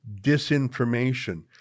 disinformation